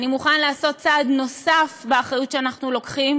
אני מוכן לעשות צעד נוסף באחריות שאנחנו לוקחים